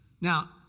Now